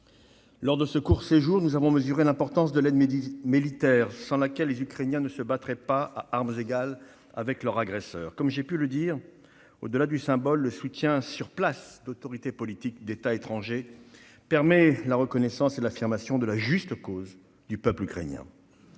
Lors de ce court séjour, nous avons mesuré l'importance de l'aide militaire, sans laquelle les Ukrainiens ne se battraient pas à armes égales avec leur agresseur. Comme j'ai pu le dire, au-delà du symbole, le soutien sur place d'autorités politiques d'États étrangers permet la reconnaissance et l'affirmation de la juste cause du peuple ukrainien.